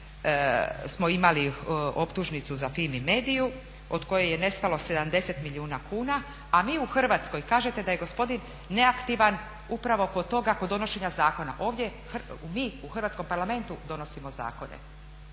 smo imali optužnicu za Fimi mediu od koje je nestalo 70 milijuna kuna, a mi u Hrvatskoj, kažete da je gospodin neaktivan upravo kod toga, kod donošenja zakona. Mi u Hrvatskom parlamentu donosimo zakone,